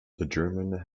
germans